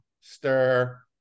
stir